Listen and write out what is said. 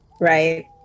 right